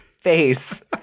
face